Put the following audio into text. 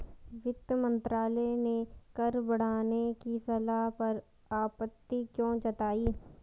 वित्त मंत्रालय ने कर बढ़ाने की सलाह पर आपत्ति क्यों जताई?